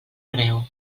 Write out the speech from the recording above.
arreu